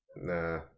Nah